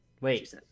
Wait